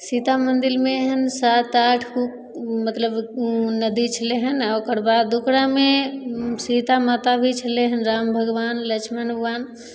सीता मन्दिरमे एहन सात आठ गो मतलब नदी छलै हँ आओर ओकरबाद ओकरामे सीता माता भी छलै हँ राम भगवान लक्ष्मण भगवान